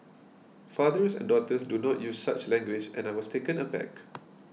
fathers and daughters do not use such language and I was taken aback